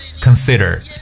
consider